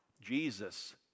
Jesus